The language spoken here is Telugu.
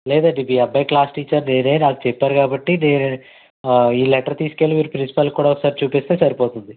లేదండి మీ అబ్బాయి క్లాస్ టీచర్ నేనే నాకు చెప్పారు కాబట్టి నే ఈ లెటరు తీసుకెళ్ళి మీరు ప్రిసిపాల్కి కూడా ఒకసారి చూపిస్తే సరిపోతుంది